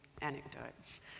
anecdotes